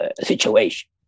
situation